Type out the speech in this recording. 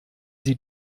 sie